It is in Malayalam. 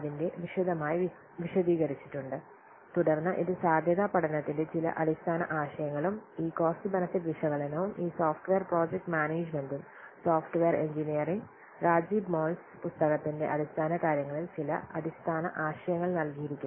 M Awad വിശദമായി വിശദീകരിച്ചിട്ടുണ്ട് തുടർന്ന് ഇത് സാധ്യതാ പഠനത്തിന്റെ ചില അടിസ്ഥാന ആശയങ്ങളും ഈ കോസ്റ്റ് ബെനിഫിറ്റ് വിശകലനവും ഈ സോഫ്റ്റ്വെയർ പ്രോജക്ട് മാനേജുമെന്റും സോഫ്റ്റ്വെയർ എഞ്ചിനീയറിംഗ് രാജിബ് മാൾസ് പുസ്തകത്തിന്റെ അടിസ്ഥാനകാര്യങ്ങളിൽ ചില അടിസ്ഥാന ആശയങ്ങൾ നൽകിയിരിക്കുന്നു